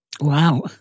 Wow